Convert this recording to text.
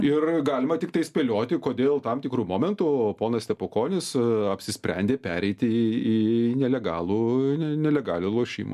ir galima tiktai spėlioti kodėl tam tikru momentu ponas stepukonis apsisprendė pereiti į nelegalų nelegalią lošimų